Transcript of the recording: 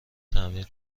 تعمیر